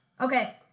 Okay